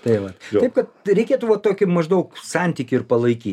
tai va taip kad reikėtų va tokį maždaug santykį ir palaikyt